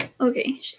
Okay